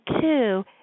two